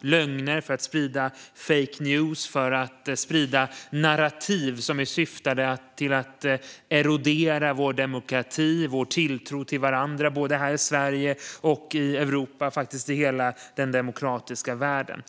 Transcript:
lögner, fake news och narrativ som syftar till att erodera vår demokrati och vår tilltro till varandra, både här i Sverige och i Europa, ja, faktiskt i hela den demokratiska världen.